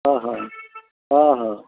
हा हा हा हा